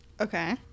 Okay